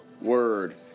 word